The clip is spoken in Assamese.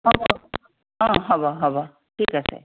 অঁ অঁ হ'ব হ'ব ঠিক আছে